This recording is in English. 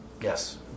Yes